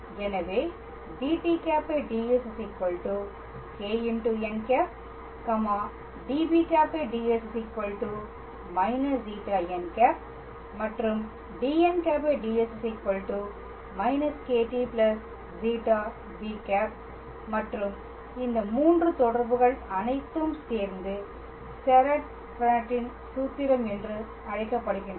எனவே dt̂ ds κn̂ db̂ ds −ζn̂ dn̂ ds − κt ζb̂ மற்றும் இந்த 3 தொடர்புகள் அனைத்தும் சேர்ந்து செரெட் ஃபிரெனெட்டின் சூத்திரம் என்று அழைக்கப்படுகின்றன